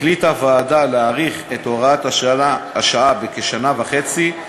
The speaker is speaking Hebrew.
החליטה הוועדה להאריך את הוראת השעה בכשנה וחצי,